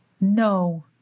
no